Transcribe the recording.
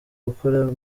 gukora